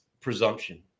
presumption